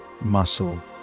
muscle